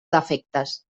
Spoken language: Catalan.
defectes